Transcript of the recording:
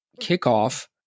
kickoff